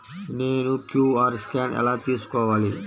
నేను QR scan ఎలా తీసుకోవాలి?